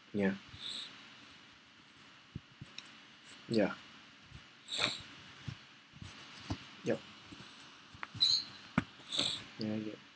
ya ya yup ya ya